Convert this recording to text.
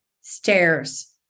stairs